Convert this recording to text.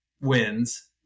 wins